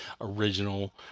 original